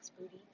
booty